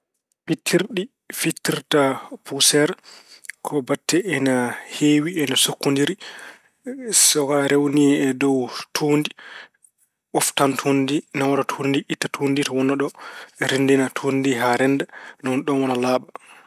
Pittirɗi fittirta puuseer ko batte ene heewi, ina sukkondiri. So ko a rewni e dow tuundi, ɓoftan tuundi ndi, nawora tuundi, itta tuundi ndi to wonnoo ɗo, renndina tuundi ndi haa rennda. Ni woni ɗoon wona laaɓa.